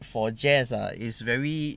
for jazz ah is very